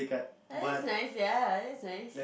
oh that's nice ya that's nice